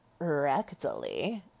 rectally